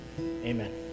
amen